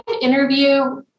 interview